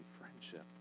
friendship